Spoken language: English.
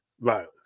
violence